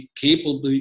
capable